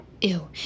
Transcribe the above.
Ew